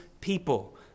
people